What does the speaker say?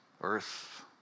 earth